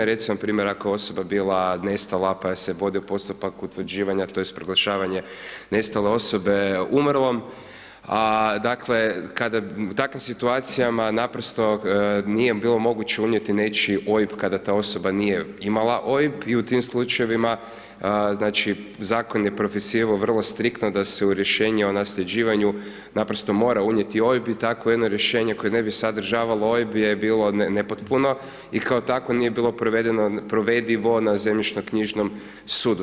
Recimo npr. ako je osoba bila nestala pa je se vodio postupak utvrđivanja tj. proglašavanja nestale osobe umrlom a dakle u takvim situacijama naprosto nije bilo moguć unijeti nečiji OIB kada ta osoba nije imala OIB i u tim slučajevima znači zakon je propisivao vrlo striktno da se u rješenja o nasljeđivanju naprosto mora unijeti OIB i takvo jedno rješenje koje ne bi sadržavalo OIB je bilo nepotpuno i kao takvo nije bilo provedivo na zemljišno-knjižnom sudu.